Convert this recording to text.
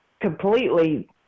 completely